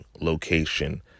location